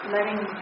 Letting